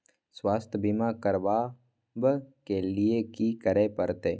स्वास्थ्य बीमा करबाब के लीये की करै परतै?